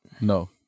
No